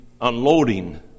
unloading